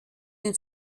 den